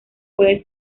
puede